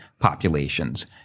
populations